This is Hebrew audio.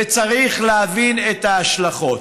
וצריך להבין את ההשלכות.